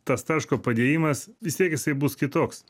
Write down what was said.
tas taško padėjimas vis tiek jisai bus kitoks